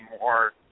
more